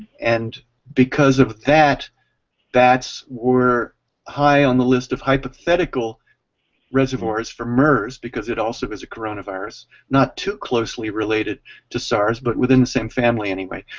and because of that bats were high on the list of hypothetical reservoirs for mers because it also is a coronavirus not too closely related to sars but within the same family anyway.